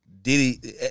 Diddy